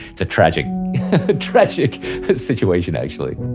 it's tragic but tragic situation actually